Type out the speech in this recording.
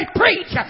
preach